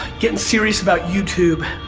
getting serious about youtube.